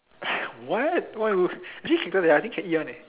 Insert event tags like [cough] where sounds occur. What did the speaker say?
[breath] what why would actually cactus I think can eat one eh